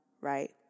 right